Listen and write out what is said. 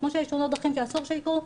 כמו שיש תאונות דרכים שאסור שיקרו,